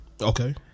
Okay